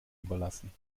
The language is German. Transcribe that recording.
überlassen